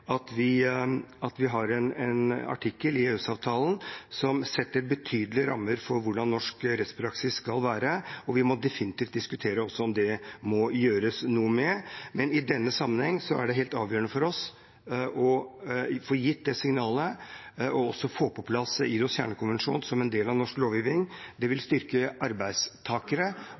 at vi har en artikkel i EØS-avtalen som setter betydelige rammer for hvordan norsk rettspraksis skal være. Vi må definitivt også diskutere om det må gjøres noe med det. Men i denne sammenheng er det helt avgjørende for oss å få gitt det signalet og å få på plass ILOs kjernekonvensjoner som en del av norsk lovgivning. Det vil styrke arbeidstakere